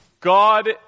God